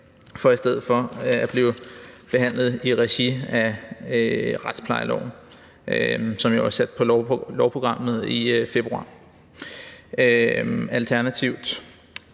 for i stedet for at blive behandlet i regi af retsplejeloven, som jo er sat på lovprogrammet i februar. Alternativt